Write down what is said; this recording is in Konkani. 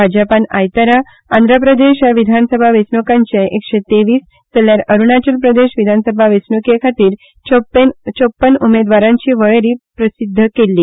भाजपान आयतारा आंध्र प्रदेश विभासभा वेंचणुकांचे एकशें तेवीस जाल्यार अरूणाचल प्रदेश विधानसभा वेंचणुके खातीर चौप्पन उमेदवारांची वळेरी प्रसिध्द केल्ली